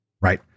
right